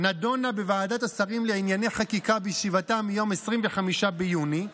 נדונה בוועדת השרים לענייני חקיקה בישיבתה מיום 25 ביוני.